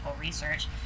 research